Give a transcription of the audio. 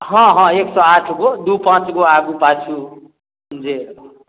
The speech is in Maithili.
हँ हँ एक सए आठ गो दू पाँच गो आगू पाछू जे जहाँ